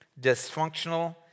dysfunctional